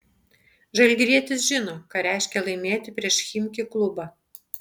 žalgirietis žino ką reiškia laimėti prieš chimki klubą